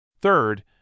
Third